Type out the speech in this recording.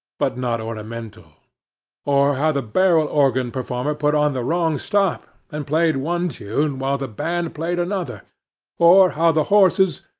but not ornamental or how the barrel-organ performer put on the wrong stop, and played one tune while the band played another or how the horses,